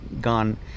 gone